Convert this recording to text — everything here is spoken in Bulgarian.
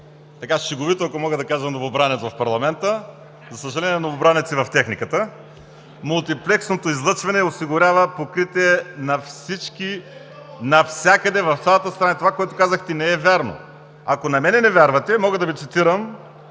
Симов, шеговито, ако мога да кажа – новобранец в парламента, за съжаление, новобранец и в техниката. Мултиплексното излъчване осигурява покритие навсякъде в цялата страна и това, което казахте, не е вярно. Ако на мен не вярвате, мога да Ви цитирам